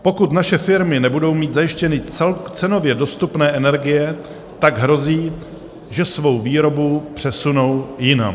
Pokud naše firmy nebudou mít zajištěny cenově dostupné energie, hrozí, že svou výrobu přesunou jinam.